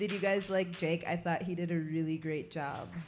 did you guys like jake i thought he did a really great job